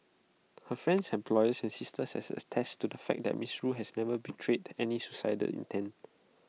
her friends employer and sister has attested to the fact that miss rue has never betrayed any suicidal intent